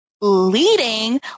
leading